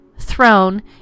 throne